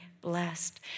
blessed